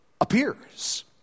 appears